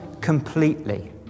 completely